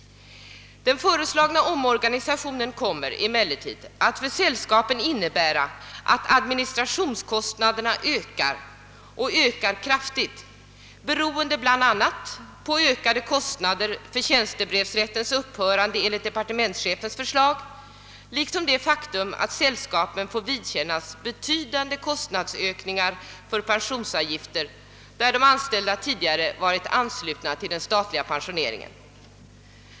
Den föreslagna omorganisationen kommer emellertid att för sällskapen innebära att administrationskostnaderna ökar kraftigt, beroende bl.a. på ökade kostnader genom tjänstebrevsrättens upphörande i enlighet med departementschefens förslag, liksom på det faktum att sällskapen får vidkännas betydande kostnadsökningar för pensionsavgifter i sådana fall då de anställda tidigare varit anslutna till den statliga pensioneringen.